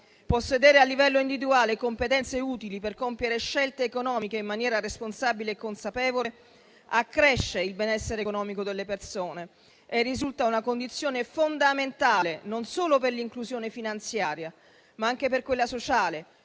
possedere a livello individuale competenze utili per compiere scelte economiche in maniera responsabile e consapevole accresce il benessere economico delle persone e risulta una condizione fondamentale non solo per l'inclusione finanziaria, ma anche per quella sociale,